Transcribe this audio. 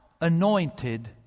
anointed